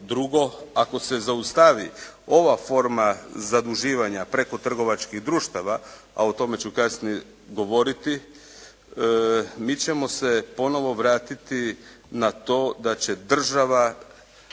drugo ako se zaustavi ova forma zaduživanja preko trgovačkih društava, a o tome ću kasnije govoriti, mi ćemo se ponovo vratiti na to da će država